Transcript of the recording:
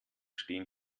stehen